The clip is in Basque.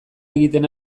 egiten